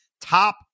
Top